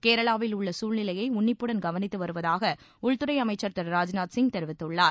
கேரளாவில் உள்ள குழ்நிலையை உன்னிப்புடன் கவனித்து வருவதாக உள்துறை அமைச்ச் திரு ராஜ்நாத் சிங் தெரிவித்துள்ளார்